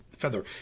feather